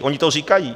Oni to říkají.